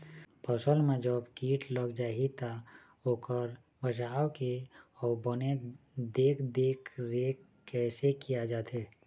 फसल मा जब कीट लग जाही ता ओकर बचाव के अउ बने देख देख रेख कैसे किया जाथे?